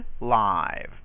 live